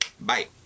bye